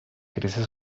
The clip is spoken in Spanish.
crece